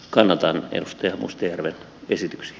kannatan edustaja mustajärven esityksiä